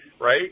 right